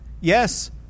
Yes